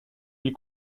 ils